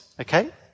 okay